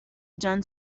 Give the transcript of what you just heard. done